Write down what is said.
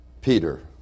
Peter